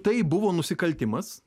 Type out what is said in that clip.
tai buvo nusikaltimas